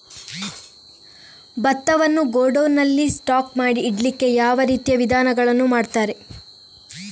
ಭತ್ತವನ್ನು ಗೋಡೌನ್ ನಲ್ಲಿ ಸ್ಟಾಕ್ ಮಾಡಿ ಇಡ್ಲಿಕ್ಕೆ ಯಾವ ರೀತಿಯ ವಿಧಾನಗಳನ್ನು ಮಾಡ್ತಾರೆ?